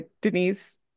Denise